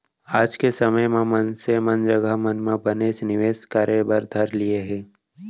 आज के समे म मनसे मन जघा मन म बनेच निवेस करे बर धर लिये हें